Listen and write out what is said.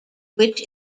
which